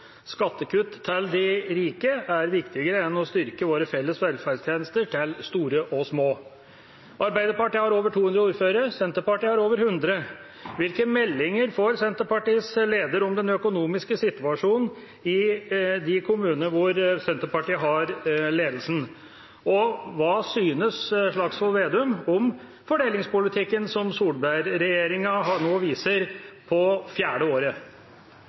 Skattekutt til de rike er viktigere enn å styrke våre felles velferdstjenester til store og små. Arbeiderpartiet har over 200 ordførere, Senterpartiet har over 100. Hvilke meldinger får Senterpartiets leder om den økonomiske situasjonen i de kommunene der Senterpartiet har ledelsen? Og hva synes representanten Slagsvold Vedum om fordelingspolitikken som Solberg-regjeringa nå viser på fjerde året?